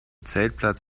zeltplatz